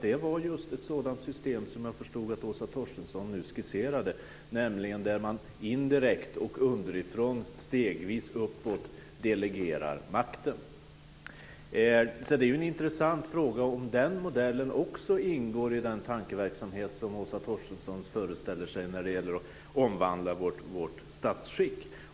Det var just ett sådant system som jag förstod att Åsa Torstensson nu skisserade, nämligen att man indirekt och underifrån stegvis uppåt delegerar makten. Det är en intressant fråga om den modellen också ingår i Åsa Torstenssons tankeverksamhet om att omvandla vårt statsskick.